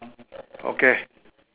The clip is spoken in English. okay